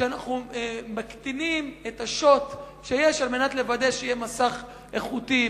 שאנחנו מקטינים את השוט שיש על מנת לוודא שיהיה מסך איכותי,